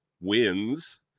wins